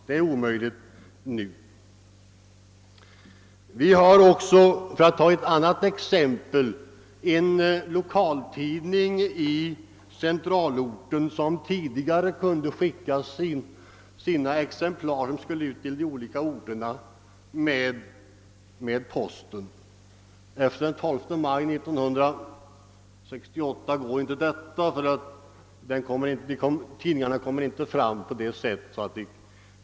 Det är omöjligt nu. Jag kan också ta ett annat exempel. Vi har i centralorten en lokaltidning, som tidigare kunde skicka sina tidningsexemplar med posten till orterna inom blocket. Efter den 12 maj 1968 går det inte att göra så, ty tidningarna kommer inte fram i rätt tid.